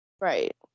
Right